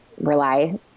rely